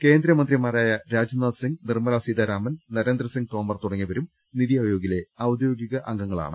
കേന്ദ്രമന്ത്രിമാരായ രാജ്നാഥ് സിങ്ങ് നിർമ്മല സ്രീതാരാമൻ നരേ ന്ദ്രസിങ്ങ് തോമർ തുടങ്ങിയവരും നിതി ആയോഗിലെ ഔദ്യോഗിക അംഗങ്ങളാണ്